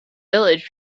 village